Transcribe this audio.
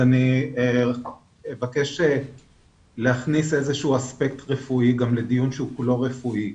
אבל אבקש להכניס אספקט רפואי כלשהו לדיון שהוא כולו רפואי.